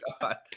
god